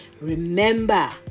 Remember